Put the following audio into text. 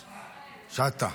שטָה.